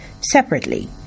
separately